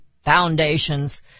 foundations